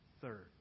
third